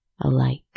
alike